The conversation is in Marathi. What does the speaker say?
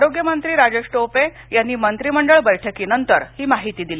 आरोग्य मंत्री राजेश टोपे यांनी मंत्रिमंडळ बैठकीनंतर ही माहिती दिली